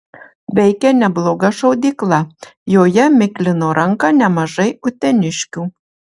veikė nebloga šaudykla joje miklino ranką nemažai uteniškių